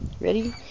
Ready